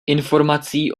informací